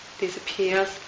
disappears